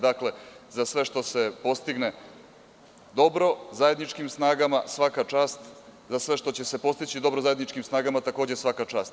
Dakle, za sve što se postigne dobro zajedničkim snagama, svaka čast, za sve što će se postići dobro zajedničkim snagama, takođe svaka čast.